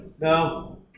no